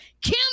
Kim